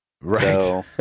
Right